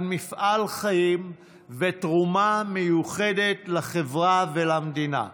מפעל חיים ותרומה מיוחדת לחברה ולמדינה.